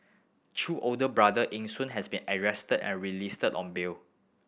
Chew older brother Eng Soon has been arrested and released on bail